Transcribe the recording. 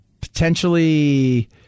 potentially